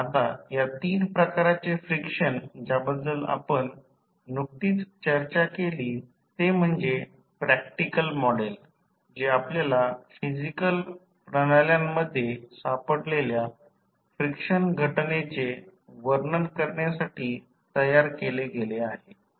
आता या तीन प्रकारचे फ्रिक्शन ज्याबद्दल आपण नुकतीच चर्चा केली ते म्हणजे प्रॅक्टिकल मॉडेल जे आपल्याला फिजिकल प्रणाल्यांमध्ये सापडलेल्या फ्रिक्शन घटनेचे वर्णन करण्यासाठी तयार केले गेले आहे